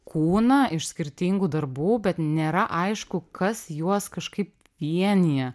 kūną iš skirtingų darbų bet nėra aišku kas juos kažkaip vienija